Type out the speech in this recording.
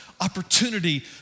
opportunity